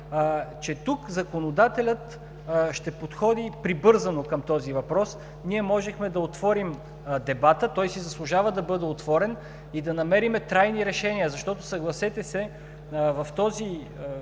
че тук законодателят ще подходи прибързано към този въпрос. Ние можехме да отворим дебата, той заслужава да бъде отворен и да намерим трайни решения. Защото, съгласете се, в този